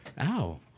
Ow